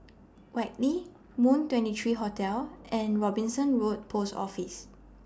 Whitley Moon twenty three Hotel and Robinson Road Post Office